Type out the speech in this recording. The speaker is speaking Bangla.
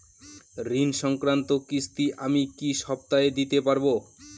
ঋণ সংক্রান্ত কিস্তি আমি কি সপ্তাহে দিতে পারবো?